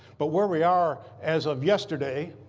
but where we are as of yesterday